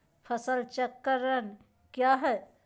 फसल चक्रण क्या है?